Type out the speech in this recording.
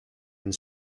and